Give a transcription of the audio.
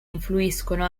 influiscono